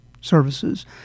services